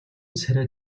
царай